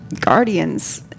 guardians